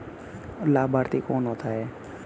लाभार्थी कौन होता है?